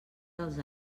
dels